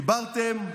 דיברתם,